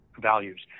values